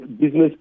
business